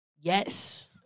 yes